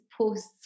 posts